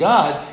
God